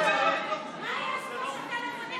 מה יש פה שאתה בודק